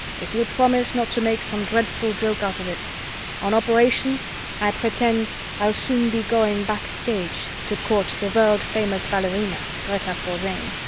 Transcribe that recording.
if you'll promise not to make some dreadful joke out of it on operations, i pretend i'll soon be going backstage to court the world-famous ballerina greta forzane.